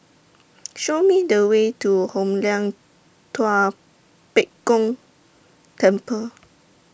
Show Me The Way to Hoon Lam Tua Pek Kong Temple